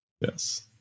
Yes